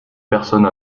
personne